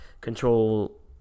control